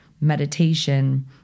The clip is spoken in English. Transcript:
meditation